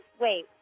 Wait